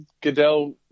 Goodell